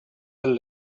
del